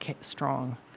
strong